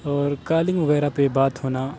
اور کالنگ وغیرہ پہ بات ہونا